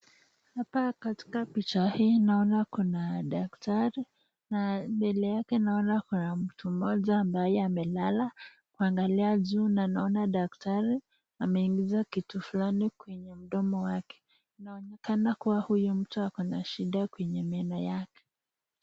Hapa katika picha hii naona kuna daktari na mbele yake naona kuna mtu mmoja ambaye amelala anaangalia juu na anaona daktari ameingiza kitu fulani kwenye mdomo wake. Inaonekana kuwa mtu huyu ako na shida kwenye meno yake.